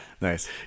nice